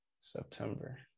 September